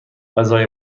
غذای